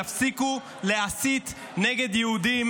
יפסיקו להסית נגד יהודים,